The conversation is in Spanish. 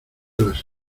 las